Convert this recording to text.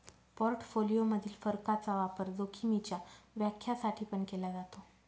portfolio मधील फरकाचा वापर जोखीमीच्या व्याख्या साठी पण केला जातो